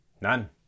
None